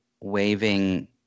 waving